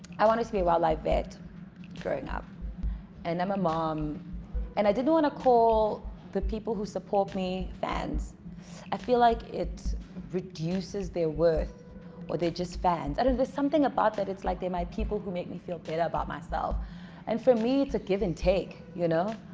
i wanted to be a wild life vet growing up and i'm a mom and i didn't want to call the people who support me fans i feel like it reduces their worth or they just fans other there's something about that it's like they might people who make me feel great about myself and for me to give and take you know,